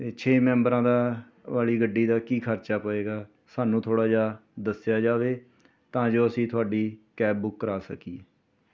ਛੇ ਮੈਂਬਰਾਂ ਦਾ ਵਾਲੀ ਗੱਡੀ ਦਾ ਕੀ ਖਰਚਾ ਪਏਗਾ ਸਾਨੂੰ ਥੋੜ੍ਹਾ ਜਾ ਦੱਸਿਆ ਜਾਵੇ ਤਾਂ ਜੋ ਅਸੀਂ ਤੁਹਾਡੀ ਕੈਬ ਬੁੱਕ ਕਰਵਾ ਸਕੀਏ